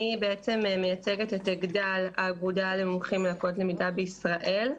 אני בעצם מייצגת את אגד"ל האגודה למומחים ללקויות למידה בישראל.